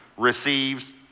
receives